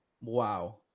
Wow